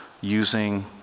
using